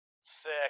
Sick